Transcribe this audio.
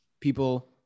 people